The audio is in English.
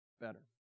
better